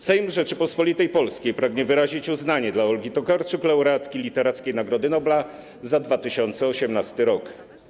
Sejm Rzeczypospolitej Polskiej pragnie wyrazić uznanie dla Olgi Tokarczuk - laureatki Literackiej Nagrody Nobla za 2018 rok.